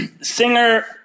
singer